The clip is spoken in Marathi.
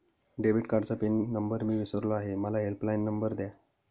डेबिट कार्डचा पिन नंबर मी विसरलो आहे मला हेल्पलाइन नंबर द्या